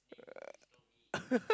uh